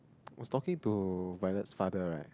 was talking to Violet's father right